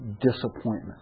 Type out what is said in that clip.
disappointment